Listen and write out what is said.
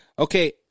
Okay